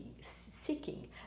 seeking